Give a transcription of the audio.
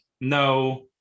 no